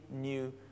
new